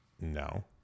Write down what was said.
no